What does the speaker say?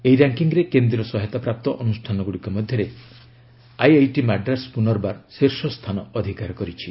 ଏହି ର୍ୟାଙ୍କିଙ୍ଗ୍ରେ କେନ୍ଦ୍ରୀୟ ସହାୟତା ପ୍ରାପ୍ତ ଅନୁଷ୍ଠାନଗୁଡ଼ିକ ମଧ୍ୟରେ ଆଇଆଇଟି ମାଡ୍ରାସ୍ ପୁନର୍ବାର ଶୀର୍ଷ ସ୍ଥାନ ଅଧିକାର କରିଛି